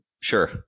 Sure